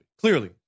Clearly